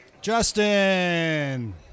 Justin